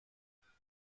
ناراحت